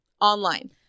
online